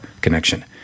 connection